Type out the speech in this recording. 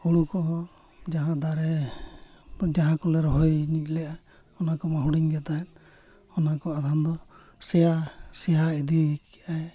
ᱦᱩᱲᱩ ᱠᱚᱦᱚᱸ ᱡᱟᱦᱟᱸ ᱫᱟᱨᱮ ᱡᱟᱦᱟᱸ ᱠᱚᱞᱮ ᱨᱚᱦᱚᱭ ᱞᱮᱜᱼᱟ ᱚᱱᱟ ᱠᱚᱢᱟ ᱦᱩᱰᱤᱧ ᱜᱮ ᱛᱟᱦᱮᱸᱫ ᱚᱱᱟᱠᱚ ᱟᱫᱷᱚᱢ ᱫᱚ ᱥᱮᱭᱟ ᱥᱮᱭᱟ ᱤᱫᱤ ᱠᱮᱜᱼᱟᱭ